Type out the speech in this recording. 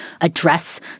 address